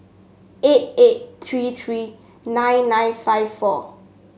eight eight three three nine nine five four